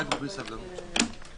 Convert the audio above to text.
ננעלה בשעה 10:33.